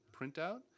printout